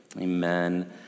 Amen